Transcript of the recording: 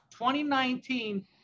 2019